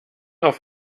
auf